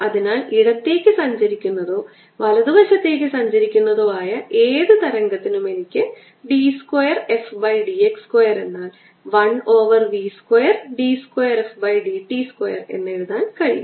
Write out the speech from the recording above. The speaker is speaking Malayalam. അതിനാൽ ഇടത്തേക്ക് സഞ്ചരിക്കുന്നതോ വലതുവശത്തേക്ക് സഞ്ചരിക്കുന്നതോ ആയ ഏത് തരംഗത്തിനും എനിക്ക് d square f by d x square എന്നാൽ 1 over v square d square f by d t square എന്നെഴുതാൻ കഴിയും